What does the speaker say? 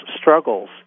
struggles